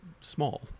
small